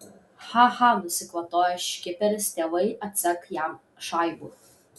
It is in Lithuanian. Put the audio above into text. cha cha nusikvatojo škiperis tėvai atsek jam šaibų